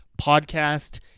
podcast